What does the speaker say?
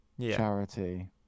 charity